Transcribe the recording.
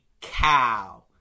cow